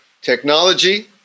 technology